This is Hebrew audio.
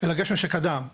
אלא גשם שקדם לו.